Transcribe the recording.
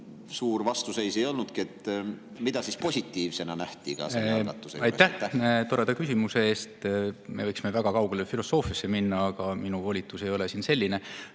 see vastuseis ei olnudki. Mida siis positiivsena nähti selle algatuse juures? Aitäh toreda küsimuse eest! Me võiksime väga kaugele filosoofiasse minna, aga minu volitus ei ole siin selline.